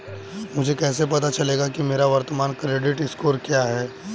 मुझे कैसे पता चलेगा कि मेरा वर्तमान क्रेडिट स्कोर क्या है?